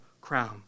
crown